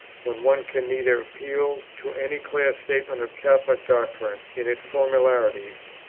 when one can neither appeal to any clear statement of catholic doctrine in its formularies,